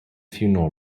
funeral